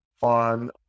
on